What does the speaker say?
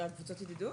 קבוצות ידידות?